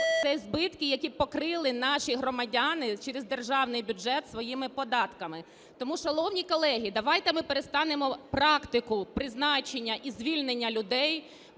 Це збитки, які б покрили наші громадяни через державний бюджет своїми податками. Тому, шановні колеги, давайте ми перестанемо практику призначення і звільнення людей